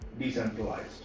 decentralized